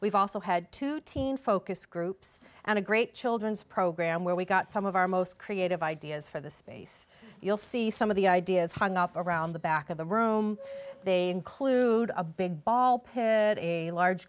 we've also had two teen focus groups and a great children's program where we got some of our most creative ideas for the space you'll see some of the ideas hung up around the back of the room they clued a big ball pit a large